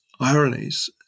Ironies